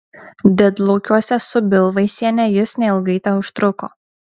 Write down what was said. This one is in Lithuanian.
didlaukiuose su bilvaisiene jis neilgai teužtruko